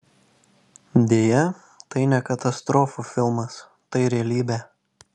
deja tai ne katastrofų filmas tai realybė